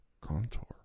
contour